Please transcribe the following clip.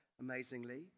amazingly